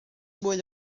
mwy